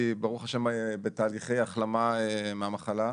רעיה נמצאת בתהליכי החלמה מהמחלה,